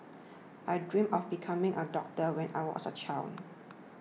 I dreamt of becoming a doctor when I was a child